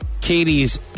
Katie's